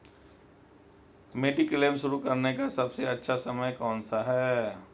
Mediclaim शुरू करने का सबसे अच्छा समय कौनसा है?